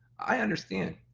i understand,